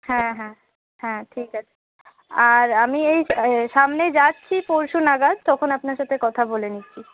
হ্যাঁ হ্যাঁ হ্যাঁ ঠিক আছে আর আমি এই সামনেই যাচ্ছি পরশু নাগাদ তখন আপনার সাথে কথা বলে নিচ্ছি